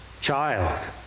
child